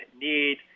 need